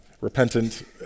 repentant